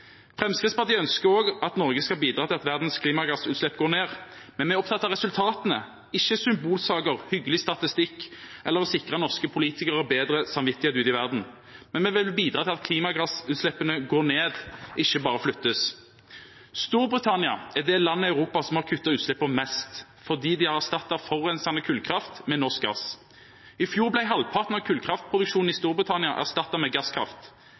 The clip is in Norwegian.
Fremskrittspartiet ønsker også at Norge skal bidra til at verdens klimagassutslipp går ned. Men vi er opptatt av resultatene, ikke av symbolsaker og hyggelig statistikk eller av å sikre norske politikere bedre samvittighet ute i verden. Vi vil bidra til at klimagassutslippene går ned, ikke bare flyttes. Storbritannia er det landet i Europa som har kuttet utslippene mest, fordi de har erstattet forurensende kullkraft med norsk gass. I fjor ble halvparten av kullkraftproduksjonen i Storbritannia erstattet med gasskraft.